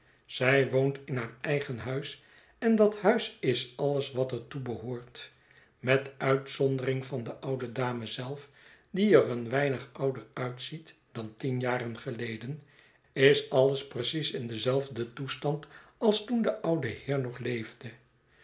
zij woont in haar eigen huis en dat huis en alles wat er toe behoort met uitzondering van de oude dame zelf die er een weinig ouder uitziet dan tien jarengeleden is alles precies in denzelfden toestand als toen deoude heer nog leefde